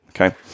Okay